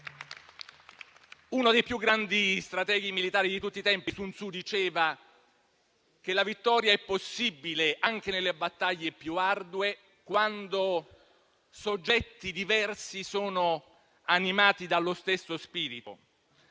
Uno dei più grandi strateghi militari di tutti i tempi, Sun Tzu, diceva che la vittoria è possibile anche nelle battaglie più ardue quando soggetti diversi sono animati dallo stesso spirito